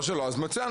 לא שלו אז מצוין.